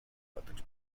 бодож